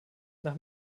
nach